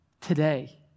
today